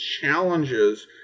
challenges